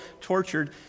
tortured